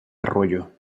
arroyo